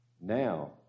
Now